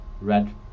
red